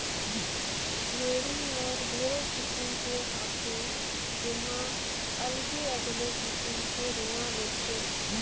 भेड़ी हर ढेरे किसिम के हाथे जेम्हा अलगे अगले किसिम के रूआ मिलथे